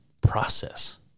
process